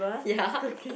ya